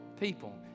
people